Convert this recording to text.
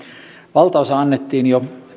valtaosa annettiin jo